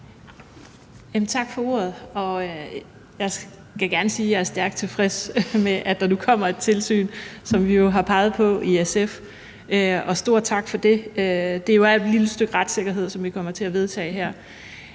sige, at jeg er stærkt tilfreds med, at der nu kommer et tilsyn, hvilket vi jo har peget på i SF, og stor tak for det. Det er jo et lille stykke retssikkerhed, som vi kommer til at vedtage her.